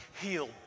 healed